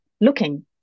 looking